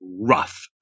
rough